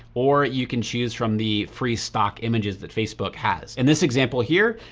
or you can choose from the free stock images that facebook has. in this example here,